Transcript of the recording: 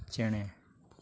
ᱪᱮᱬᱮ